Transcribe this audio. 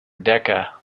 decca